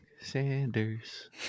Sanders